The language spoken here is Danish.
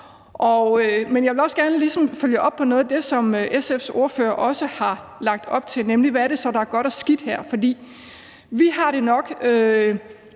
Men jeg vil også gerne ligesom følge op på noget af det, som SF's ordfører også har lagt op til, nemlig: Hvad er det så, der er godt og skidt her? For vi er nok